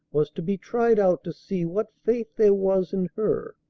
was to be tried out to see what faith there was in her.